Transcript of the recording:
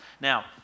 Now